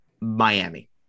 Miami